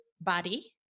body